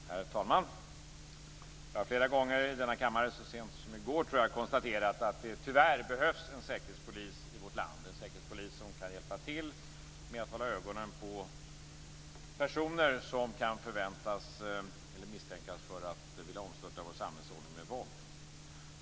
Herr talman! Jag har flera gånger i denna kammare - t.ex. så sent som i går, tror jag - konstaterat att det, tyvärr, behövs en säkerhetspolis i vårt land som kan hjälpa till med att hålla ögonen på personer som kan förväntas eller som kan misstänkas för att vilja omstörta vår samhällsordning med våld.